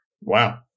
Wow